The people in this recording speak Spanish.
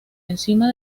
encima